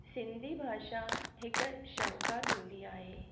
सिंधी भाषा हिकु शाहूकारु ॿोली आहे